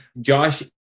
Josh